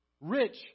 Rich